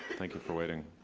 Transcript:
thank you for waiting.